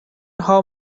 how